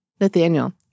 Nathaniel